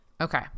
Okay